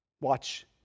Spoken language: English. watch